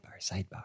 Sidebar